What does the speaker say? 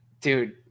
dude